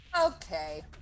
Okay